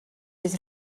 bydd